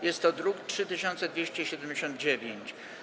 Jest to druk nr 3279.